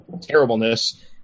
terribleness